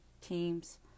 teams